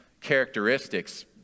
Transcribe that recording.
characteristics